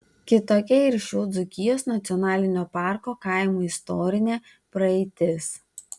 kitokia ir šių dzūkijos nacionalinio parko kaimų istorinė praeitis